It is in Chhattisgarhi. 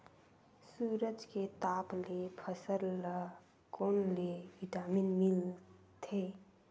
सूरज के ताप ले फसल ल कोन ले विटामिन मिल थे?